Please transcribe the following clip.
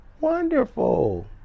wonderful